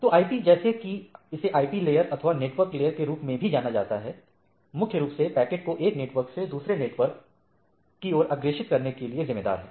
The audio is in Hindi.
तो IP जैसे कि इसे IP लेयर अथवा नेटवर्क लेयर के रूप में भी जाना जाता है मुख्य रूप से पैकेट को एक नेटवर्क से दूसरे नेटवर्क की ओर अग्रेषित करने के लिए जिम्मेदार है